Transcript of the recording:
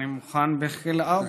אני מוכן (אומר בערבית: